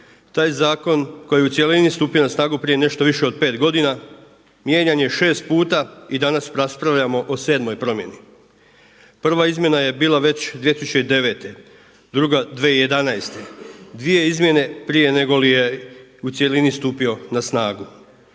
Taj zakon koji je u cjelini stupio na snagu prije nešto više od 5 godina mijenjan je 6 puta i danas raspravljamo o sedmoj promjeni. Prva izmjena je bila već 2009., druga 2011. Dvije izmjene prije negoli je u cjelini stupio na snagu.